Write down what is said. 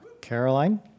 Caroline